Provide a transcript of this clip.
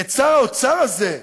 את שר האוצר הזה,